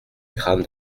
crâne